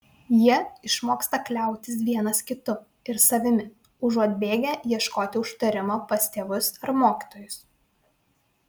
jie išmoksta kliautis vienas kitu ir savimi užuot bėgę ieškoti užtarimo pas tėvus ar mokytojus